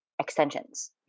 extensions